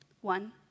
One